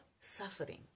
suffering